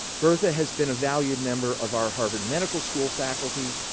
bertha has been a valued member of our harvard medical school faculty